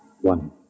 one